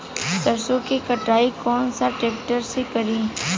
सरसों के कटाई कौन सा ट्रैक्टर से करी?